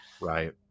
Right